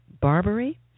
barbary